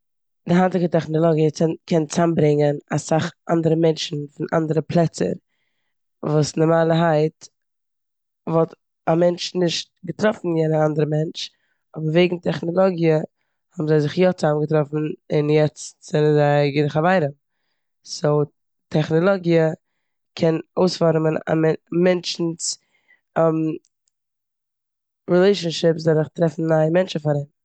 די היינטיגע טעכנאלאגיע ק- קען צאמברענגען אסאך אנדערע מענטשן פון אנדערע פלעצער וואס נארמאלערהייט וואלט א מענטש נישט געטראפן יענע אנדערע מענטש אבער וועגן טעכנאלאגיע האבן זיי זיך יא צאמגעטראפן און יעצט זענען זיי גוטע חברים. סאו, טעכנאלאגיע קען אויספארעמען א מע- מענטשן'ס רילעישינשיפס דורך טרעפן נייע מענטשן פאר אים.